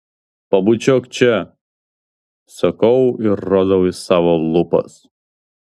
pabučiuok čia sakau ir rodau į savo lūpas